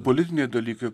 politiniai dalykai